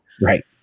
right